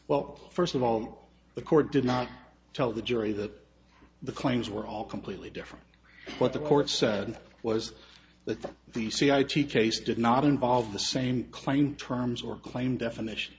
well first of all the court did not tell the jury that the claims were all completely different what the court said was that the c i teach ace did not involve the same claim terms or claim definition